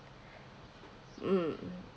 mm